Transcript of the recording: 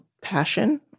passion